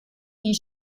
die